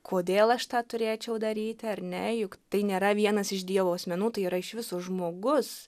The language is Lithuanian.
kodėl aš tą turėčiau daryti ar ne juk tai nėra vienas iš dievo asmenų tai yra iš viso žmogus